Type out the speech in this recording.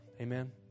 Amen